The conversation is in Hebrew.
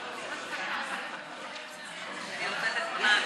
תודה רבה,